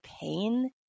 pain